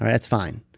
that's fine.